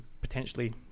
potentially